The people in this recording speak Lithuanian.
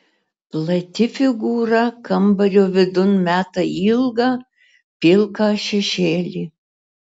plati figūra kambario vidun meta ilgą pilką šešėlį